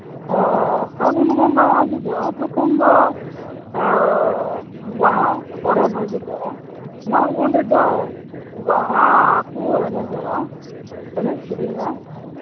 ᱯᱷᱟᱹᱜᱩᱱ ᱵᱚᱸᱜᱟ ᱦᱤᱡᱩᱜᱚᱜᱼᱟ ᱛᱚᱠᱷᱚᱱ ᱫᱚ ᱵᱟᱦᱟ ᱯᱚᱨᱚᱵᱽ ᱦᱩᱭᱩᱜᱚᱜᱼᱟ ᱩᱱ ᱨᱮᱫᱚ ᱵᱟᱦᱟ ᱠᱚ ᱮᱱᱮᱡᱚᱜᱼᱟ ᱮᱱᱮᱡ ᱥᱮᱨᱮᱧᱟ